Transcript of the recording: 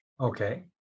Okay